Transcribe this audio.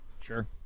Sure